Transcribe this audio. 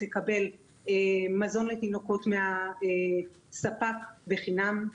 תקבל מזון לתינוקות מהספק בחינם,